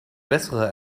bessere